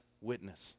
witness